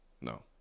No